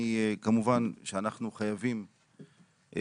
כמובן שאנחנו חייבים,